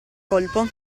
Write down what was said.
colpo